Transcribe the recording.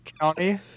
County